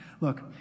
Look